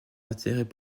intérêts